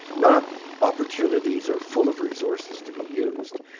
not opportunities are full of resources to be used,